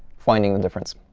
finding the difference.